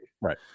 Right